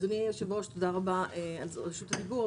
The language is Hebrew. אדוני היושב-ראש, תודה רבה על רשות הדיבור.